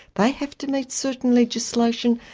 they have to meet certain legislation.